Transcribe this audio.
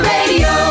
Radio